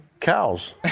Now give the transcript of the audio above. cows